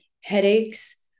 headaches